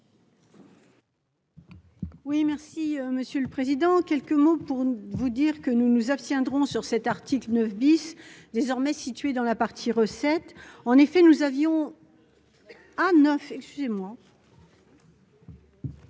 Oui, merci Monsieur le Président, quelques mots pour vous dire que nous nous abstiendrons sur cet article 9 bis désormais situées dans la partie recettes, en effet, nous avions à neuf excusez-moi.